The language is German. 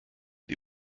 die